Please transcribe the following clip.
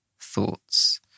thoughts